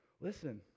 Listen